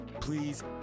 Please